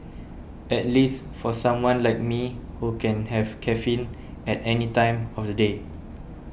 at least for someone like me who can have caffeine at any time of the day